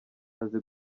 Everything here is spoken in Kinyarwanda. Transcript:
azi